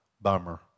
Bummer